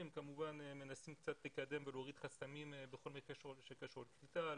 כמובן מנסים לקדם ולהוריד חסמים בכל מה שקשור לקליטה,